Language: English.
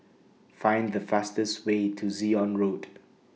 Find The fastest Way to Zion Road